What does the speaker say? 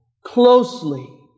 closely